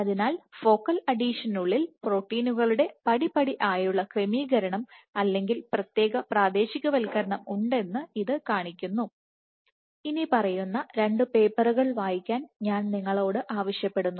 അതിനാൽ ഫോക്കൽ അഡീഷനുള്ളിൽ പ്രോട്ടീനുകളുടെ പടി പടി ആയുള്ള ക്രമീകരണം അല്ലെങ്കിൽ പ്രത്യേക പ്രാദേശികവൽക്കരണം ഉണ്ടെന്ന് ഇത് കാണിക്കുന്നു ഇനിപ്പറയുന്ന 2 പേപ്പറുകൾ വായിക്കാൻ ഞാൻനിങ്ങളോട് ആവശ്യപ്പെടുന്നു